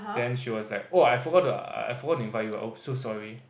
then she was like oh I forgot to uh I forgot to find you oh so sorry